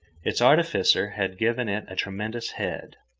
its artificer had given it a tremendous head.